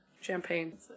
Champagne